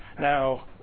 Now